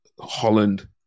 Holland